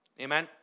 amen